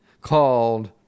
called